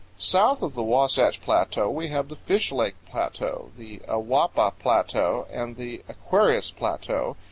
south of the wasatch plateau we have the fish lake plateau, the awapa plateau, and the aquarius plateau,